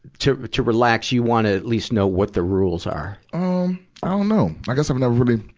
to, to relax you wanna a least know what the rules are. um i don't know. i guess i never really,